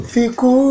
Fiku